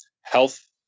health